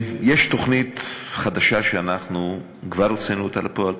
יש תוכנית חדשה שאנחנו כבר הוצאנו לפועל,